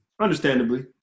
understandably